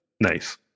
nice